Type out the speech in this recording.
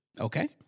Okay